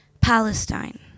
Palestine